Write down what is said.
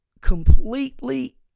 completely